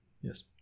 Yes